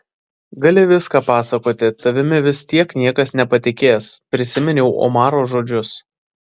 gali viską pasakoti tavimi vis tiek niekas nepatikės prisiminiau omaro žodžius